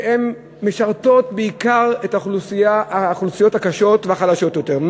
שמשרתות בעיקר את האוכלוסיות הקשות והחלשות יותר,